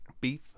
Beef